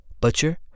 Butcher